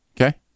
Okay